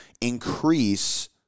increase